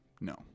No